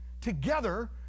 together